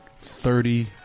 Thirty